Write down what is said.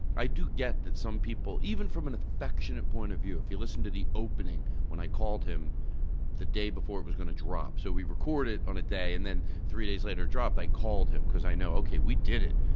i do get that some people, even from an affectionate point of view, if you listen to the opening, when i called him the day before it was going to drop. so we recorded on a day and then three days later dropped, i called him, because, i know, okay, we did it,